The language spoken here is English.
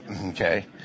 okay